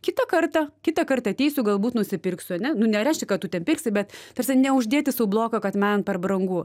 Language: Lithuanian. kitą kartą kitą kart ateisiu galbūt nusipirksiu ane nu nereiškia kad tu ten pirksi bet taprasme neuždėti sau bloka kad man per brangu